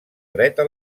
dreta